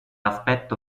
aspetto